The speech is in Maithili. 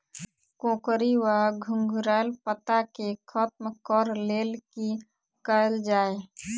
कोकरी वा घुंघरैल पत्ता केँ खत्म कऽर लेल की कैल जाय?